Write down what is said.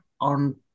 on